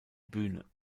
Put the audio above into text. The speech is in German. bühne